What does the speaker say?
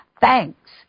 Thanks